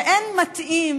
ואין מתאים